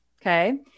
Okay